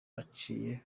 aciye